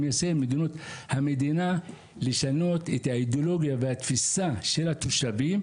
אני מיישם את מדיניות המדינה לשנות את האידיאולוגיה והתפיסה של התושבים,